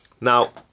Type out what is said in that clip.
now